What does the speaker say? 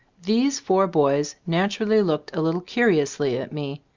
these four boys naturally looked a little curiously at me,